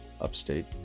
upstate